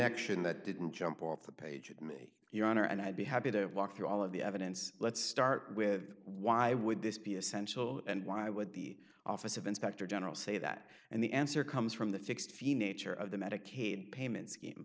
action that didn't jump off the page at me your honor and i'd be happy to walk through all of the evidence let's start with why would this be essential and why would the office of inspector general say that and the answer comes from the fixed fee nature of the medicaid payments